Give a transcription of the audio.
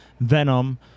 Venom